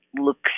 looks